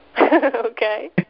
Okay